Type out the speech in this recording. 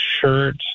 shirt